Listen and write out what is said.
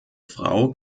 frau